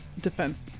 defense